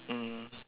mm